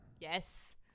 Yes